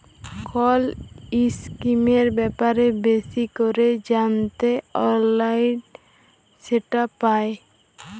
call ইসকিমের ব্যাপারে বেশি ক্যরে জ্যানতে অললাইলে সেট পায়